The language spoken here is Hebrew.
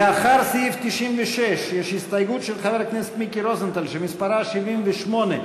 לאחרי סעיף 96 יש הסתייגות של חבר הכנסת מיקי רוזנטל שמספרה 78,